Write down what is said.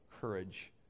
courage